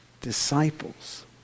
disciples